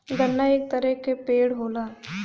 गन्ना एक तरे क पेड़ होला